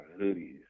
hoodies